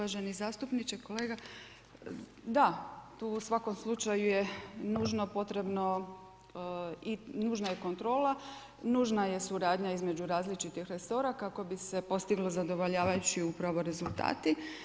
Uvaženi zastupniče, kolega da tu u svakom slučaju je nužno potrebno i nužna je kontrola, nužna je suradnja između različitih resora kako bi se postiglo zadovoljavajući upravo rezultati.